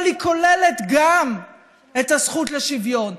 אבל היא כוללת גם את הזכות לשוויון,